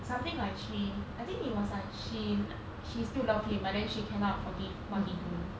something like she I think it was like she she's still love him but then she cannot forgive what he do